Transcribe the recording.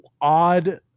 odd